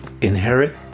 inherit